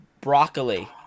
broccoli